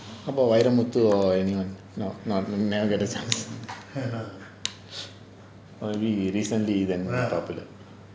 how about அப்போ vairamuthu or anyone not not never get a chance or maybe you recently then popular